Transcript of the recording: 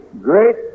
great